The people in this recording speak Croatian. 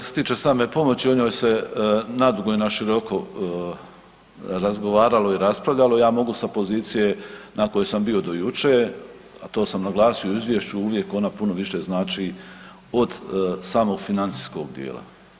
Kad se tiče same pomoći o njoj se nadugo i na široko razgovaralo i raspravljalo, ja mogu sa pozicije na kojoj sam bio do jučer, a to sam naglasio i u izvješću, ona uvijek puno više znači od samog financijskog dijela.